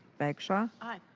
bagshaw. aye.